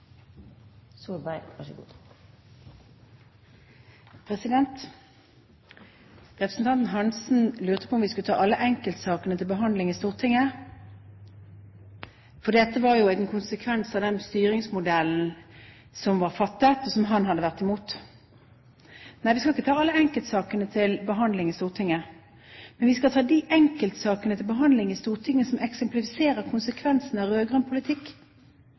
Representanten Geir-Ketil Hansen lurte på om vi skulle ta alle enkeltsaker til behandling i Stortinget, for det var jo en konsekvens av den styringsmodellen som hadde blitt fattet, og som han hadde vært imot. Nei, vi skal ikke ta alle enkeltsaker til behandling i Stortinget. Men vi skal ta de enkeltsakene til behandling i Stortinget som eksemplifiserer konsekvensene av rød-grønn politikk.